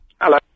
Hello